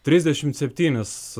trisdešimt septynis